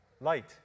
Light